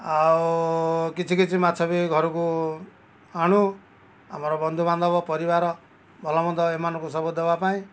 ଆଉ କିଛି କିଛି ମାଛ ବି ଘରକୁ ଆଣୁ ଆମର ବନ୍ଧୁ ବାନ୍ଧବ ପରିବାର ଭଲମନ୍ଦ ଏମାନଙ୍କୁ ସବୁ ଦେବା ପାଇଁ